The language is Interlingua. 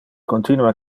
continua